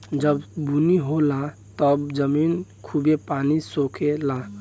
जब बुनी होला तब जमीन खूबे पानी सोखे ला